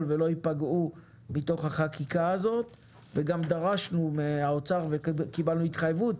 ולא יפגעו מהחקיקה הזאת וגם דרשנו מהאוצר וקיבלנו התחייבות